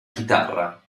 chitarra